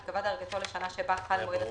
תיקבע דרגתו לשנה שבה חל מועד התחילה,